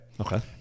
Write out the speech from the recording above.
Okay